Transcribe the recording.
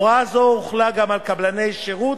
הוראה זו הוחלה גם על קבלני שירות,